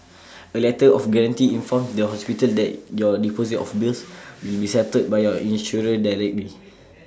A letter of guarantee informs the hospital that your deposit or bills will be settled by your insurer directly